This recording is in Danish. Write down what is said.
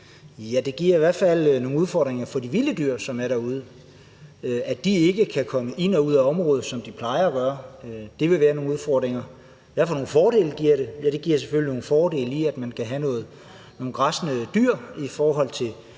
det giver i hvert fald nogle udfordringer for de vilde dyr, som er derude, nemlig at de ikke kan komme ind og ud af området, som de plejer at kunne. Det vil give nogle udfordringer. Hvad for nogle fordele giver det? Ja, det giver selvfølgelig nogle fordele, i forhold til at man kan have nogle græssende dyr, som kan